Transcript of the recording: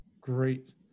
great